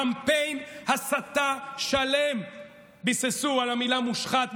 קמפיין הסתה שלם ביססו על המילה מושחת,